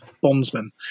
bondsman